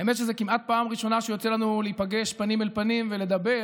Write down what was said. האמת שזה כמעט פעם ראשונה שיוצא לנו להיפגש פנים אל פנים ולדבר